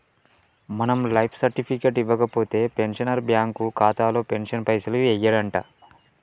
మనం life certificate ఇవ్వకపోతే pensioner bank ఖాతాలో పెన్షన్ పైసలు యెయ్యడంట